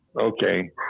okay